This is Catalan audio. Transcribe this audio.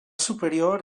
superior